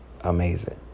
amazing